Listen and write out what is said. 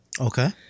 okay